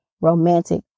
romantic